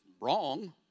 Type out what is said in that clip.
wrong